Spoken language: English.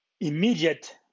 immediate